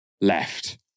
left